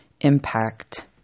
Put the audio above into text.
impact